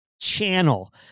channel